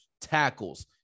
tackles